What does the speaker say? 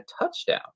touchdown